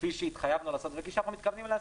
כפי שהתחייבנו לעשות וכפי שאנחנו מתכוונים לעשות.